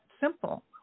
simple